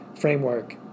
framework